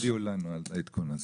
לא הודיעו על העדכון הזה.